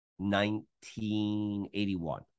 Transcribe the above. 1981